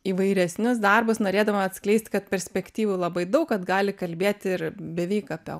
įvairesnius darbus norėdama atskleisti kad perspektyvų labai daug kad gali kalbėti ir beveik apie